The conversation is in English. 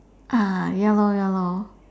ah ya lor ya lor